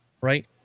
Right